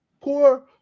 poor